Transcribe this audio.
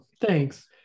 Thanks